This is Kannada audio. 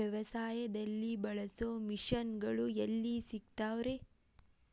ವ್ಯವಸಾಯದಲ್ಲಿ ಬಳಸೋ ಮಿಷನ್ ಗಳು ಎಲ್ಲಿ ಸಿಗ್ತಾವ್ ರೇ?